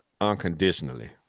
unconditionally